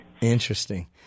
Interesting